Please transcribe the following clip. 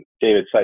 David